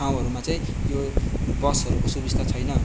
ठाउँहरूमा चैँ यो बसहरूको सुविस्ता छैन